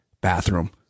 bathroom